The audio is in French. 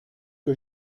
que